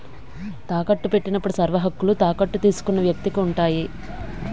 తాకట్టు పెట్టినప్పుడు సర్వహక్కులు తాకట్టు తీసుకున్న వ్యక్తికి ఉంటాయి